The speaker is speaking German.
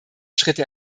schritte